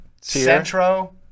Centro